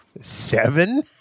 Seven